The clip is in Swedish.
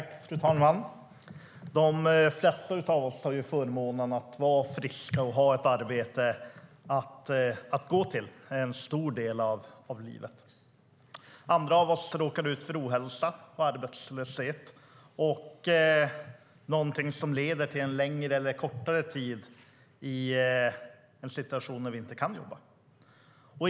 Fru talman! De flesta av oss har förmånen att vara friska och ha ett arbete att gå till en stor del av livet. Andra råkar ut för ohälsa och arbetslöshet eller någonting annat som leder till en längre eller kortare tid i en situation när vi inte kan jobba.